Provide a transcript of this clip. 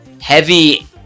heavy